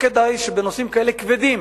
וכדאי שבנושאים כאלה כבדים,